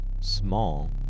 small